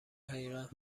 حقیقت